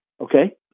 Okay